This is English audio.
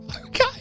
Okay